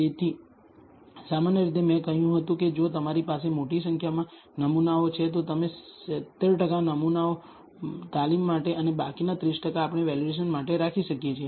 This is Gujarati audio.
તેથી સામાન્ય રીતે મેં કહ્યું હતું કે જો તમારી પાસે મોટી સંખ્યામાં નમૂનાઓ છે તો તમે 70 ટકા નમૂનાઓ તાલીમ માટે અને બાકીના 30 ટકા આપણે વેલિડેશન માટે વાપરી શકીએ છીએ